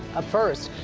first,